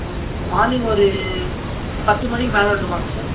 ஓகேங்க sir morning ஒரு பத்து மணிக்கு மேலே வரட்டுமாங்க சார்